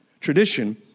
tradition